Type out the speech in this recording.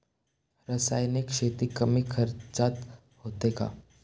रासायनिक शेती कमी खर्चात होते का?